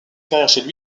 carrière